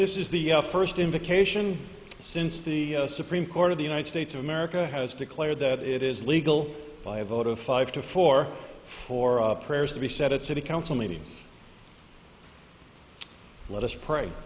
this is the first invocation since the supreme court of the united states of america has declared that it is legal by a vote of five to four for prayers to be set at city council meetings let us pray